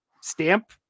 stamp